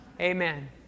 Amen